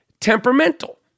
temperamental